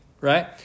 right